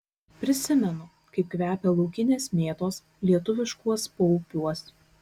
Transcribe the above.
prisimenu kaip kvepia laukinės mėtos lietuviškuos paupiuos